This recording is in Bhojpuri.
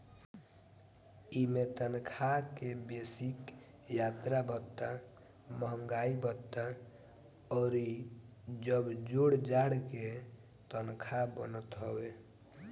इमें तनखा के बेसिक, यात्रा भत्ता, महंगाई भत्ता अउरी जब जोड़ जाड़ के तनखा बनत हवे